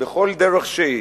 בכל דרך שהיא,